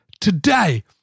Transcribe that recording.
today